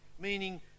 meaning